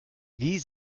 wie